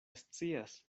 scias